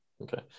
okay